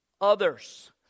others